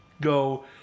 go